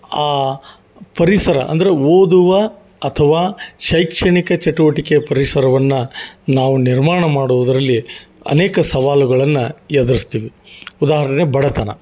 ಆ ಪರಿಸರ ಅಂದರೆ ಓದುವ ಅಥವಾ ಶೈಕ್ಷಣಿಕ ಚಟುವಟಿಕೆ ಪರಿಸರವನ್ನು ನಾವು ನಿರ್ಮಾಣ ಮಾಡುದರಲ್ಲಿ ಅನೇಕ ಸವಾಲುಗಳನ್ನು ಎದರಿಸ್ತೀವಿ ಉದಾಹರಣೆ ಬಡತನ